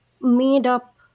made-up